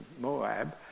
Moab